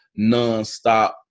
nonstop